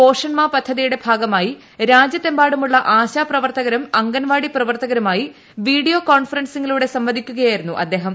പോഷൺ മാ പദ്ധതിയുടെ ഭാഗമായി രാജ്യത്തെമ്പാടുമുള്ള ആശാപ്രവർത്തകരും അംഗൻവാടി പ്രവർത്തകരുമായി വീഡിയോ കോൺഫറൻസിംഗിലുടെ സംവദിക്കുകയായിരുന്നു അദ്ദേഹം